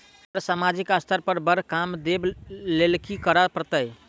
Sir सामाजिक स्तर पर बर काम देख लैलकी करऽ परतै?